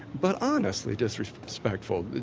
but honestly disrespectful.